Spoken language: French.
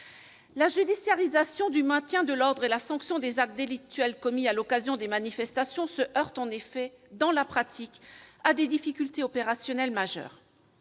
La judiciarisation du maintien de l'ordre et la sanction des actes délictuels commis à l'occasion des manifestations se heurtent en effet, dans la pratique, à des difficultés opérationnelles majeures.